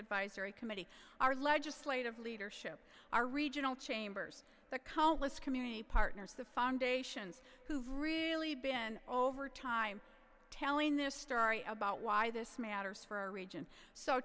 advisory committee our legislative leadership our regional chambers the coelus community partners the foundations who've really been over time telling their story about why this matters for our region so